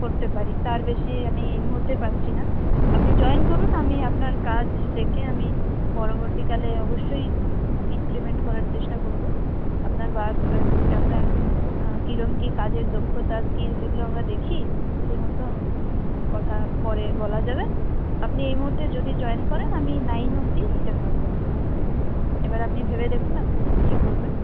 করতে পারি তার বেশি আমি এই মুহুর্তে পারছি না আপনি জয়েন করুন আমি আপনার কাজ দেকে আমি পরবর্তীকালে অবশ্যই ইনক্রিমেন্ট করার চেষ্টা করবো আপনার ওয়ার্ক এক্স আপনার কীরম কী কাজের দক্ষতা স্কিলস এগুলো আমরা দেখি সেই মতো কথা পরে বলা যাবে আপনি এই মুহুর্তে যদি জয়েন করেন আমি নাইন অবধি দিতে পারবো আপনাকে এবারে আপনি ভেবে দেখুন আপনি কী করবেন